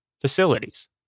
facilities